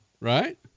Right